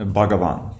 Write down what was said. Bhagavan